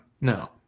No